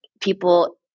people